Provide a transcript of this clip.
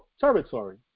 territory